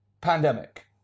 pandemic